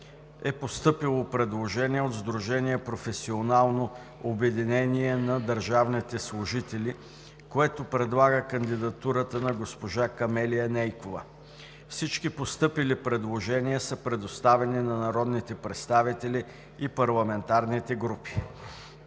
е постъпило предложение от сдружение „Професионално обединение на държавните служители“, което предлага кандидатурата на госпожа Камелия Нейкова. Всички постъпили предложения са предоставени на народните представители и парламентарните групи.